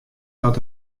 dat